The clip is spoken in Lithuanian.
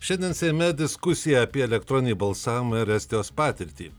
šiandien seime diskusija apie elektroninį balsavimą ir estijos patirtį